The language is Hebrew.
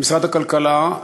למשרד הכלכלה,